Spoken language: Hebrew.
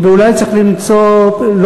צריך למצוא פתרון לזה.